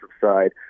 side